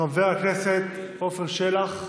חבר הכנסת עפר שלח,